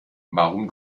warum